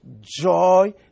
joy